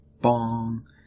bong